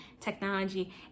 technology